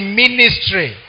ministry